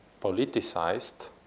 politicized